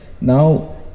Now